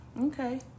okay